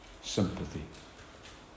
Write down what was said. sympathy